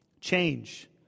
change